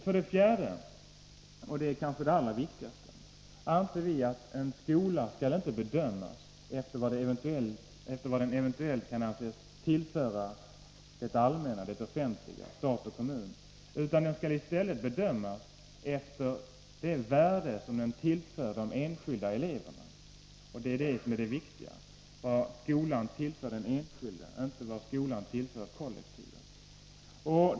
För det fjärde — och det är kanske det allra viktigaste — anser vi att en skola inte skall bedömas efter vad den eventuellt kan anses tillföra det allmänna, stat och kommun. Den skall i stället bedömas efter det värde som den har för de enskilda eleverna. Det är det som är det viktiga, inte vad den tillför kollektivet.